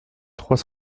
trois